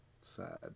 Sad